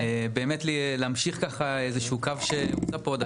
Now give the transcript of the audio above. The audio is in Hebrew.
באמת להמשיך איזשהו קו שהוצע פה,